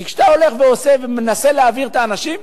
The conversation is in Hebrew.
כי כשאתה הולך ועושה ומנסה להעביר את האנשים,